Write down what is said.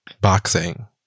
boxing